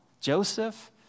Joseph